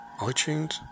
iTunes